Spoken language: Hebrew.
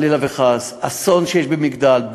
חלילה וחס אסון במגדל,